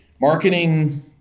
marketing